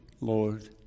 Lord